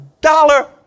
dollar